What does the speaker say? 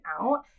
out